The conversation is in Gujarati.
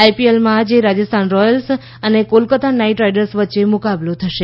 આઇપીએલમાં આજે રાજસ્થાન રોયલ્સ અને કોલકત્તા નાઇટ રાઇડર્સ વચ્ચે મુકાબલો થશે